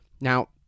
Now